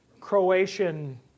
Croatian